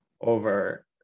over